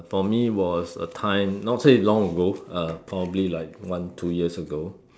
for me was a time not say long ago uh probably like one two years ago